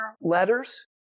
letters